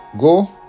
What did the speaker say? Go